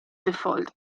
default